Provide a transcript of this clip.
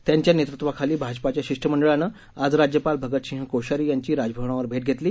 त्यांच्या नेतृत्वाखाली भाजपाच्या शिष्टमंडळानं आज राज्यपाल भगतसिंह कोश्यारी यांची राजभवनावर भेट घेतली